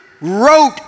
wrote